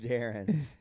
Darrens